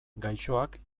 gaixoak